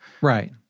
Right